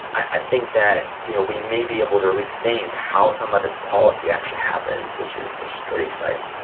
i think that you know we may be able to rethink how some of this policy actually happens, which is which is pretty exciting.